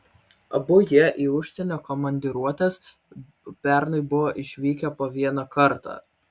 abu jie į užsienio komandiruotes pernai buvo išvykę po vieną kartą